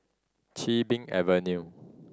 Chin Bee Avenue